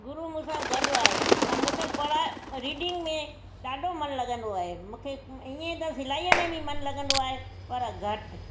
गुरू मूं सां गॾु आहे ऐं मूंखे पढ़ाए रीडिंग में ॾाढो मनु लॻंदो आहे मूंखे ईअं त सिलाईअ में बि मनु लॻंदो आहे पर घटि